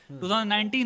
2019